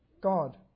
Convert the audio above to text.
God